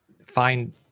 find